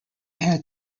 had